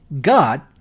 God